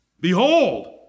Behold